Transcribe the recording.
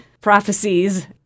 prophecies